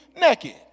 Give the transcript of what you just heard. naked